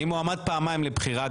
אני מועמד פעמיים לבחירה,